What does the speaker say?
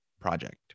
project